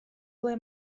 ble